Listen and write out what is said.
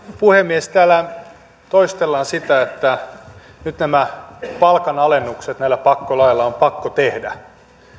puhemies täällä toistellaan sitä että nyt nämä palkanalennukset näillä pakkolaeilla on pakko tehdä